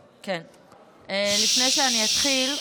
לפני שאני אתחיל,